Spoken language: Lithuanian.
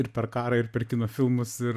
ir per karą ir per kino filmus ir